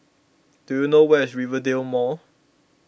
do you know where is Rivervale Mall